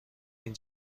این